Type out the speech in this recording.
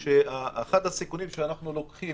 אתה יודע שאחד הסיכונים שאנחנו לוקחים